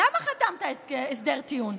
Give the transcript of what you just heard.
למה חתמת הסדר טיעון?